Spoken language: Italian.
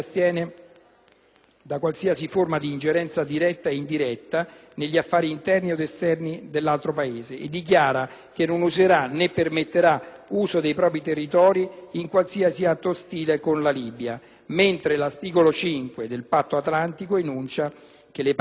da qualsiasi forma di ingerenza diretta o indiretta negli affari interni ed esterni dell'altro Paese e dichiara che non userà, né permetterà, l'uso dei propri territori in qualsiasi atto ostile contro la Libia. Invece, l'articolo 5 del Patto atlantico enuncia che le parti